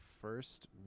first